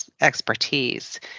expertise